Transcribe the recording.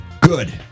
Good